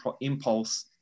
impulse